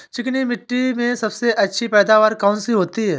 चिकनी मिट्टी में सबसे अच्छी पैदावार कौन सी होती हैं?